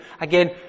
again